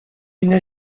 une